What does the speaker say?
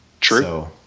true